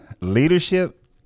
leadership